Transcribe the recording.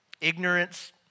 ignorance